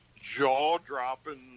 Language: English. jaw-dropping